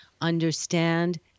understand